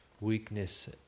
weakness